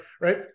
right